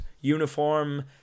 uniform